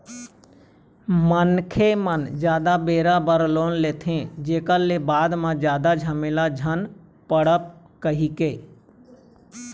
मनखे मन जादा बेरा बर लोन लेथे, जेखर ले बाद म जादा झमेला झन पड़य कहिके